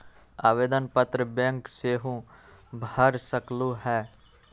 आवेदन पत्र बैंक सेहु भर सकलु ह?